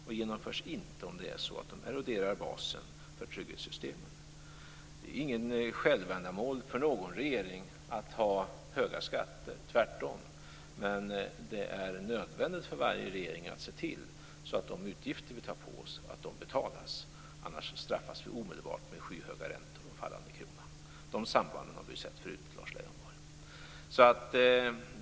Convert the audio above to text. De genomförs inte om de eroderar basen för trygghetssystemen. Det är inget självändamål för någon regering att ha höga skatter, tvärtom. Men det är nödvändigt för varje regering att se till att de utgifter som den tar på sig betalas, annars straffas vi omedelbart med skyhöga räntor och fallande krona. Dessa samband har vi ju sett förut, Lars Leijonborg.